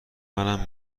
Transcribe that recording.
منم